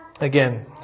again